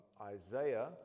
Isaiah